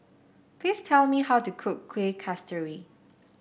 please tell me how to cook Kuih Kasturi